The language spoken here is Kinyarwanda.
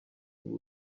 uyu